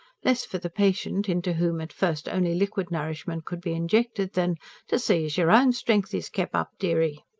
less for the patient, into whom at first only liquid nourishment could be injected, than to see as your own strength is kep' up, dearie.